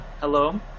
Hello